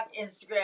Instagram